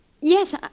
Yes